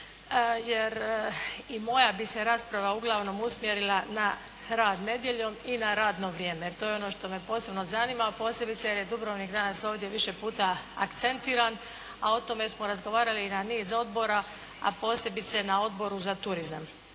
jer i moja bi se rasprava uglavnom usmjerila na rad nedjeljom i na radno vrijeme, jer to je ono što me posebno zanima, a posebice jer je Dubrovnik danas ovdje više puta akcentiran, a o tome smo razgovarali na niz odbora a posebice na Odboru za turizam.